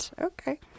Okay